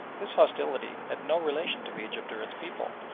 this hostility had no relation to egypt or its people,